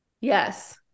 yes